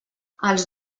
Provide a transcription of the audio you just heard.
els